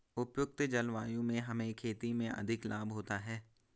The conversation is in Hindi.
उपयुक्त जलवायु से हमें खेती में अधिक लाभ होता है